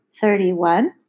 thirty-one